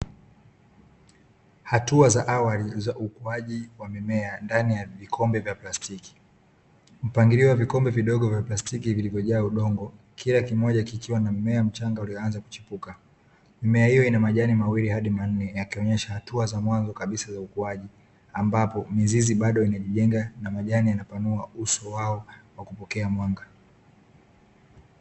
Hatua za awali za ukuaji wa mimea ndani ya vikombe vya plastiki, mpangilio wa vikombe vidogo vya plastiki vilivyojaa udongo kila kimoja kikiwa na mmea mchanga uliyoanza kuchipuka. Mimea hiyo ina majani wawili hadi manne yakionyesha hatua za mwanzo kabisa za ukuaji ambapo mizizi bado inajijenga na majani yanapanua uso wao wa kupokea mwanga.